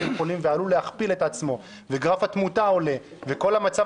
חולים ועלול להכפיל את עצמו וגרף התמותה עולה וכל המצב